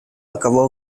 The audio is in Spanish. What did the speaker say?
acabó